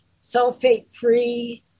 sulfate-free